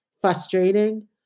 frustrating